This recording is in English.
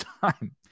time